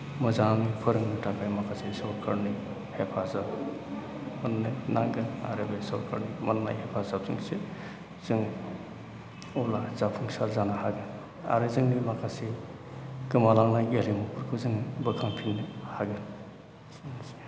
मोजाङै फोरोंनो थाखाय माखासे सरकारनि हेफाजाब अननाय नांगोन आरो बे सरकारनि मोननाय हेफाजाबजोंसो जोङो अब्ला जाफुंसार जानो हागोन आरो जोंनि माखासे गोमालांनाय गेलेमुफोरखौ जोङो बोखांफिननो हागोन एसेनोसै